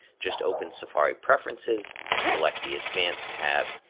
just open safari preferences, select the advanced tab,